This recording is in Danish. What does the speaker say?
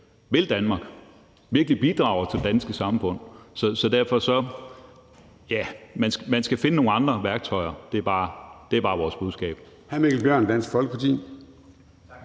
vil Danmark og virkelig bidrager til det danske samfund. Så man skal finde nogle andre værktøjer. Det er bare vores budskab.